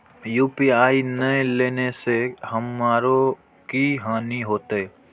UPI ने लेने से हमरो की हानि होते?